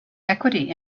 equity